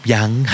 Yang